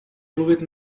mluvit